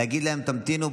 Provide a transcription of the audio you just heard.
להגיד להם: תמתינו,